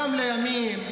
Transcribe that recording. גם לימין,